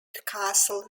castle